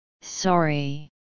Sorry